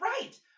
Right